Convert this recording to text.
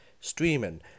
streaming